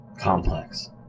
Complex